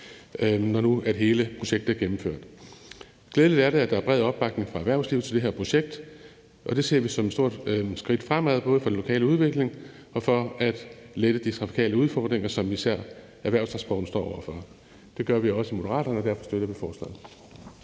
når nu hele projektet gennemføres. Glædeligt er det, at der er bred opbakning fra erhvervslivet til det her projekt, og det ser vi som et stort skridt fremad både for den lokale udvikling og for at lette de trafikale udfordringer, som især erhvervstransporten står over for. Derfor støtter Moderaterne forslaget.